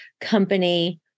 company